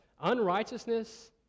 unrighteousness